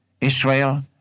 Israel